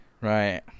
right